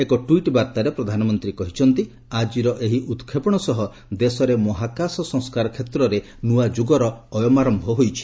ଏକ ଟ୍ୱିଟ୍ ବାର୍ଭାରେ ପ୍ରଧାନମନ୍ତ୍ରୀ କହିଛନ୍ତି ଆକିର ଏହି ଉତ୍କ୍ଷେପଣ ସହ ଦେଶରେ ମହାକାଶ ସଂସ୍କାର କ୍ଷେତ୍ରରେ ନୂଆ ଯୁଗର ଅୟମାର୍ୟ ହୋଇଛି